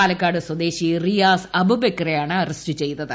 പാലക്കാട് സ്വദേശി റിയാസ് അബുബക്കറിനെയാണ് അറസ്റ്റ് ചെയ്തത്